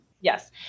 Yes